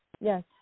Yes